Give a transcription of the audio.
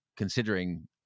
Considering